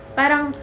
parang